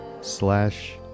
slash